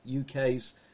UK's